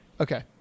Okay